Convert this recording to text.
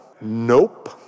nope